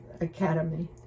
academy